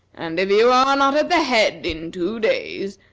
and if you are not at the head in two days,